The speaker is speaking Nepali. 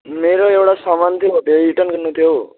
मेरो एउटा सामान थियो त्यो रिटर्न गर्नु थियो हौ